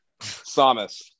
samus